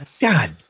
God